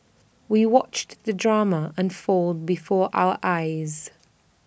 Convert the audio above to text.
we watched the drama unfold before our eyes